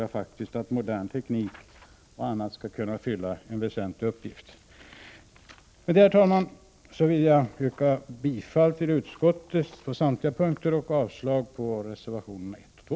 Även där tror jag att modern teknik m.m. skall kunna fylla en väsentlig uppgift. Med detta, herr talman, vill jag yrka bifall till utskottets hemställan på samtliga punkter och avslag på reservationerna 1 och 2.